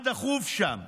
מה דחוף שם?